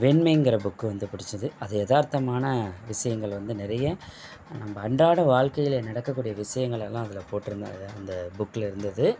வெண்மைங்கிற book வந்து பிடிச்சுது அது எதார்த்தமான விஷயங்கள் வந்து நிறைய நம்ம அன்றாட வாழ்க்கைல நடக்கக்கூடிய விஷயங்களெல்லாம் அதில் போட்டிருந்தாங்க அந்த புக்கில் இருந்தது